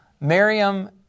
Miriam